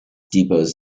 depots